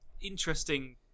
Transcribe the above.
interesting